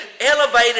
elevated